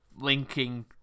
linking